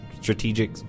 strategic